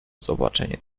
zobaczenie